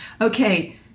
okay